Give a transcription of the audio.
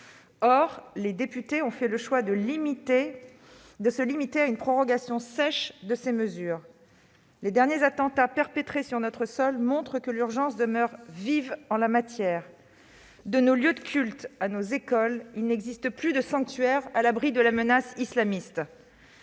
Or les députés ont fait le choix de se limiter à une prorogation sèche de ces mesures. Les derniers attentats perpétrés sur notre sol montrent pourtant que l'urgence demeure vive en la matière. De nos lieux de culte à nos écoles, il n'existe plus de sanctuaire à l'abri de la menace islamiste.